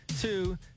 two